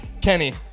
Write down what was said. Kenny